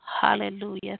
Hallelujah